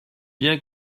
bien